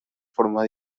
forma